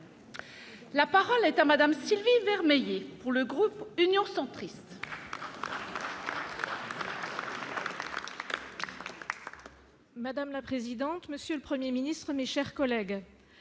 La parole est à Madame Sylvie Vermeil et pour le groupe Union centriste. Madame la présidente, monsieur le 1er ministre, mes chers collègues,